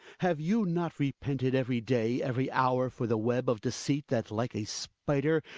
have you not repented every day, every hour, for the web of deceit that, like a spider,